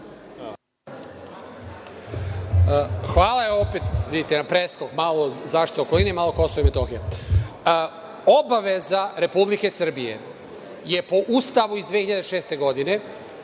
Hvala. Evo, vidite, opet na preskok, malo o zaštiti okoline, malo o Kosovu i Metohiji. Obaveza Republike Srbije je, po Ustavu iz 2006. godine,